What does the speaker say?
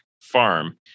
Farm